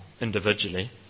individually